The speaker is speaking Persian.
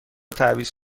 تعویض